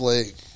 League